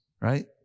right